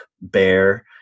bear